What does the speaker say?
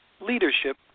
leadership